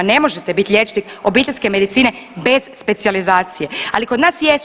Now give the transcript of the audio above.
Ne možete biti liječnik obiteljske medicine bez specijalizacije, ali kod nas jesu.